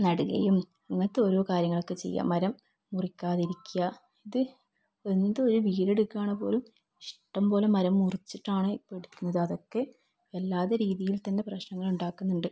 നടുകയും അങ്ങനത്തെ ഓരോ കാര്യങ്ങളൊക്കെ ചെയ്യാം മരം മുറിക്കാതിരിക്കുക ഇത് എന്ത് ഒരു വീടെടുക്കുകയാണേ പോലും ഇഷ്ടം പോലെ മരം മുറിച്ചിട്ടാണ് ഇപ്പോൾ എടുക്കുന്നത് അതൊക്കെ വല്ലാത്ത രീതിയിൽ തന്നെ പ്രശ്നങ്ങൾ ഉണ്ടാക്കുന്നുണ്ട്